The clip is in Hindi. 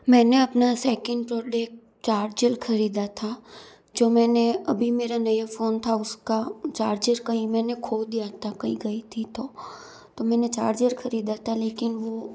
मैंने अपना सेकंड प्रोडेक्ट चार्जर खरीदा था जो मैंने अभी मेरा नया फ़ोन था उस का चार्जर कहीं मैंने खो दिया था कहीं गई थी तो तो मैंने चार्जर खरीदा था लेकिन वो